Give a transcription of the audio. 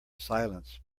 silence